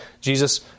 Jesus